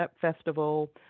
Festival